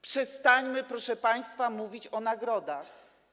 Przestańmy, proszę państwa, mówić o nagrodach.